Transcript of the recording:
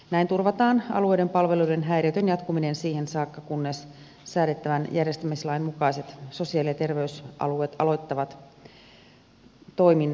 näin turvataan alueiden palveluiden häiriötön jatkuminen siihen saakka kunnes säädettävän järjestämislain mukaiset sosiaali ja terveysalueet aloittavat toimintansa